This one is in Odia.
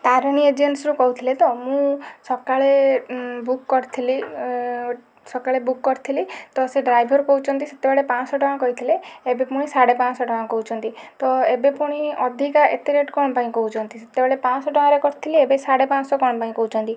ତାରିଣୀ ଏଜେନ୍ସିରୁ କହୁଥିଲେ ତ ମୁଁ ସକାଳେ ବୁକ୍ କରିଥିଲି ସକାଳେ ବୁକ୍ କରିଥିଲି ତ ସେ ଡ୍ରାଇଭର କହୁଛନ୍ତି ସେତେବେଳେ ପାଞ୍ଚଶହ ଟଙ୍କା କହିଥିଲେ ଏବେ ପୁଣି ସାଢ଼େ ପାଞ୍ଚଶହ ଟଙ୍କା କହୁଛନ୍ତି ତ ଏବେ ପୁଣି ଅଧିକ ଏତେ ରେଟ୍ କ'ଣ ପାଇଁ କହୁଛନ୍ତି ସେତେବେଳେ ପାଞ୍ଚଶହ ଟଙ୍କାରେ କରିଥିଲେ ଏବେ ସାଢ଼େ ପାଞ୍ଚଶହ ଟଙ୍କା କ'ଣ ପାଇଁ କହୁଛନ୍ତି